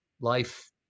life